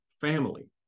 family